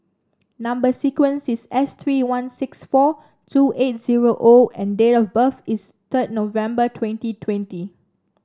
number sequence is S three one six four two eight zero O and date of birth is third November twenty twenty